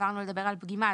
עברנו לדבר על פגימה.